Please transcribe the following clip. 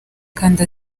kandi